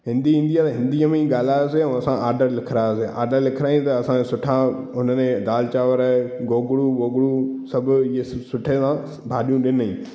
हिंदी ईंदी आहे त हिंदीअ में ई ॻाल्हायोसीं असां आडर लिखिरायोसीं आडर लिखिराईं त असांखे सुठा उन्हनि ने दाल चांवर गोगड़ू वोगड़ू सभु इहे सभु सुठे सां भाॼियूं ॾिनईं